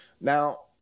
Now